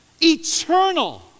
eternal